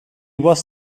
was